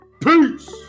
Peace